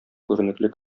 күренекле